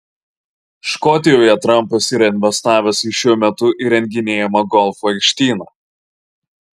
škotijoje trampas yra investavęs į šiuo metu įrenginėjamą golfo aikštyną